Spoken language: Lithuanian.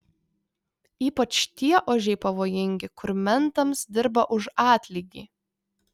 ypač tie ožiai pavojingi kur mentams dirba už atlygį